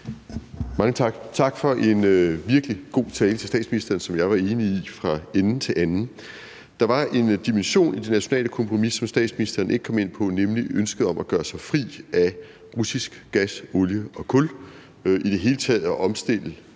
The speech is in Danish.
statsministeren for en virkelig god tale, som jeg var enig i fra ende til anden. Der var en dimension i det nationale kompromis, som statsministeren ikke kom ind på, nemlig ønsket om at gøre sig fri af russisk gas, olie og kul og i det hele taget at omstille